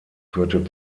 führte